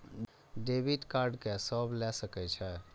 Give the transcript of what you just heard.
Debit card के सब ले सके छै?